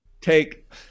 take